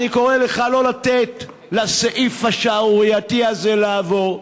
אני קורא לך שלא לתת לסעיף השערורייתי הזה לעבור.